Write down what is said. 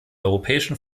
europäischen